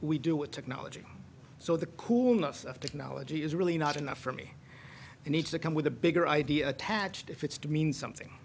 we do with technology so the coolness of technology is really not enough for me you need to come with a bigger idea attached if it's to mean something